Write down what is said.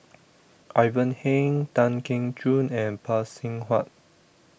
Ivan Heng Tan Keong Choon and Phay Seng Whatt